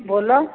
बोलो